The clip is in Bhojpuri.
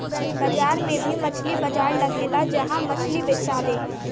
बाजार में भी मछली बाजार लगेला जहा मछली बेचाले